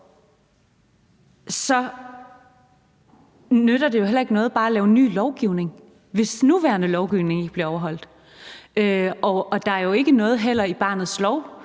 nytter det jo heller ikke noget bare at lave ny lovgivning, hvis den nuværende lovgivning ikke bliver overholdt. Der er jo heller ikke noget i barnets lov,